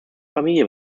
familien